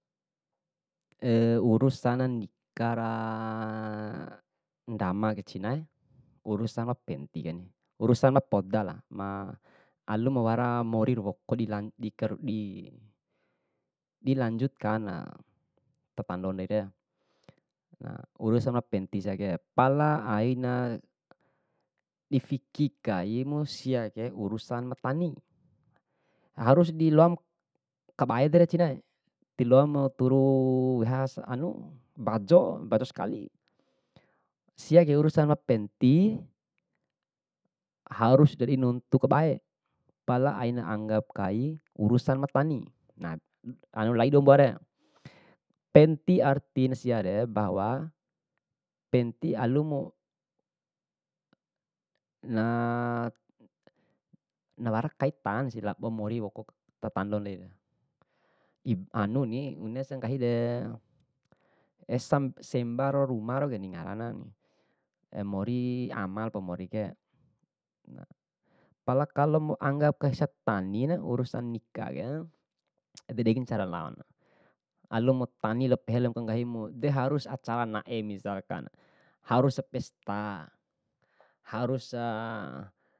urusan nikara ndama ke cinae, urusana pentingken, urusana podala. Alum wara mori rawoko dilantika dilanjutkana ta tando ndaiken urusan ma penting siake, pala aina di fiki kaimu siake urusan ma tani, harus diloamu kabai dere cinae, diloam turu wehas bajo bajo sekali. Siake urusan ma penti harus dinuntu kabae, pala aina anggap kai urusan matani, na lai dua mbuare, penting artina siare bahwa penti alumu na- nawara kaitan si lao mori woko tatando ndai, ib- anuni bunesi nggahire esam semba ro ruma ngara nan more amal pa morike, pala kalomu anggap kai satanina urusa nika ke, ededei ncara laona, alumu tani pehe lalop nggahimu de harus acara nae misalkan, harus pesta, harusa.